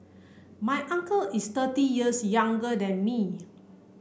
my uncle is thirty years younger than me